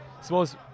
suppose